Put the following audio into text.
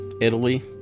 Italy